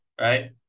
right